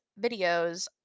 videos